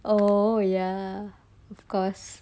oh ya of course